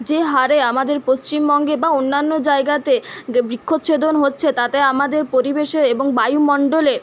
যে হারে আমাদের পশ্চিমবঙ্গে বা অন্যান্য জায়গাতে যে বৃক্ষচ্ছেদন হচ্ছে তাতে আমাদের পরিবেশে এবং বায়ুমণ্ডলে